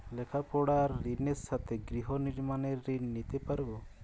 লেখাপড়ার ঋণের সাথে গৃহ নির্মাণের ঋণ নিতে পারব?